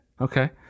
Okay